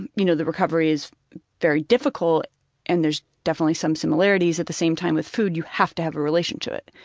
and you know, the recovery is very difficult and there's definitely some similarities, at the same time with food you have to have a relationship to it.